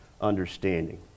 understanding